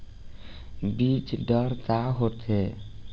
बीजदर का होखे?